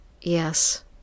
Yes